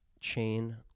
chain